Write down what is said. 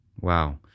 Wow